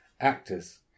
actors